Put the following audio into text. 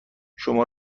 شما